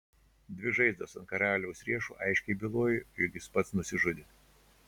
dvi žaizdos ant karaliaus riešų aiškiai bylojo jog jis pats nusižudė